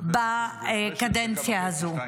בקדנציה הזו.